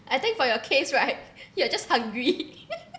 I think for your case right you are just hungry